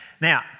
Now